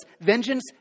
Vengeance